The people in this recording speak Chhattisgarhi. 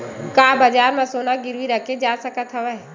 का बजार म सोना गिरवी रखे जा सकत हवय?